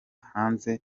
hanze